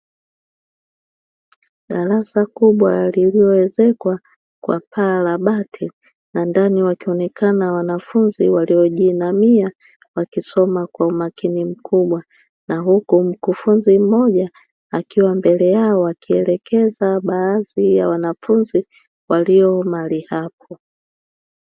Darasa kubwa lililoezekwa kwa paa la bati na ndani wakionekana wanafunzi waliojiinamia wakisoma kwa umakini mkubwa na huku mkufunzi mmoja akiwa mbele yao akielekeza baadhi ya wanafunzi walio mahali hapo.